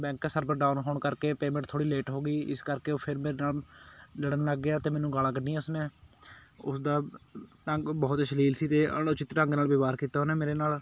bank server down ਹੋਣ ਕਰਕੇ payment ਥੋੜ੍ਹੀ ਲੇਟ ਹੋ ਗਈ ਇਸ ਕਰਕੇ ਉਹ ਫਿਰ ਮੇਰੇ ਨਾਲ ਲੜਨ ਲੱਗ ਗਿਆ ਅਤੇ ਮੈਨੂੰ ਗਾਲਾਂ ਕੱਢੀਆਂ ਉਸ ਨੇ ਉਸ ਦਾ ਢੰਗ ਬਹੁਤ ਅਸ਼ਲੀਲ ਸੀ ਅਤੇ ਅਣਉਚਿਤ ਢੰਗ ਨਾਲ ਵਿਵਹਾਰ ਕੀਤਾ ਉਹਨੇ ਮੇਰੇ ਨਾਲ